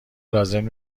لازم